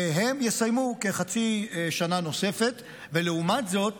והם יסיימו כחצי שנה נוספת, ולעומת זאת